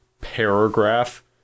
paragraph